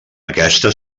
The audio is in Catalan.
aquesta